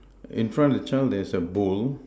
in front the child there's a bowl